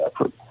effort